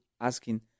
asking